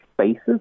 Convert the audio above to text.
spaces